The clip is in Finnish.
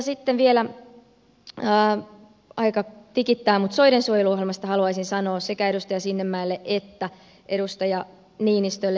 sitten vielä aika tikittää mutta soidensuojeluohjelmasta haluaisin sanoa sekä edustaja sinnemäelle että edustaja niinistölle